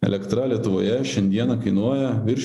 elektra lietuvoje šiandieną kainuoja virš